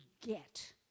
get